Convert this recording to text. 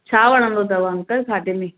छा वणंदो अथव अंकल खाधे में